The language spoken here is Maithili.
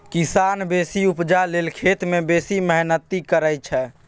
किसान बेसी उपजा लेल खेत मे बेसी मेहनति करय छै